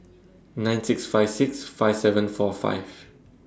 nine six five six five seven four five